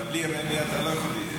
אבל בלי רמ"י אתה לא יכול.